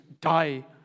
die